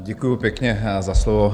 Děkuju pěkně za slovo.